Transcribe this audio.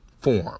form